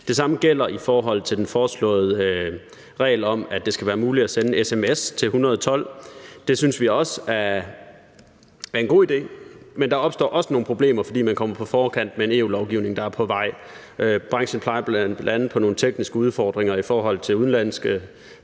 Det samme gælder i forhold til den foreslåede regel om, at det skal være muligt at sende en sms til 112. Det synes vi også er en god idé, men der opstår også nogle problemer, fordi man kommer på forkant med en EU-lovgivning, der er på vej. Branchen peger bl.a. på nogle tekniske udfordringer i forhold til udenlandske